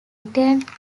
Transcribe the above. returned